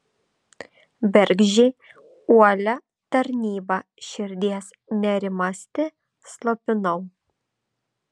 bergždžiai uolia tarnyba širdies nerimastį slopinau